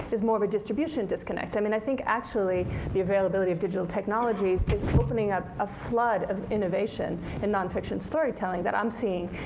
is more of a distribution disconnect. i mean, i think actually the availability of digital technologies is opening up a flood of innovation in nonfiction storytelling that i'm seeing